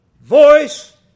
voice